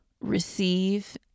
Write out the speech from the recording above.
receive